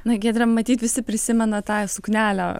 na giedre matyt visi prisimena tą suknelę